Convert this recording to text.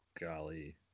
Golly